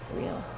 real